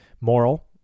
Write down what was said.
moral